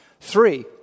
Three